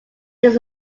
this